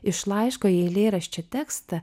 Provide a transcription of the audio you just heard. iš laiško į eilėraščio tekstą